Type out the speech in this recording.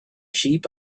sheep